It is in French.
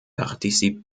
participe